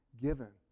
given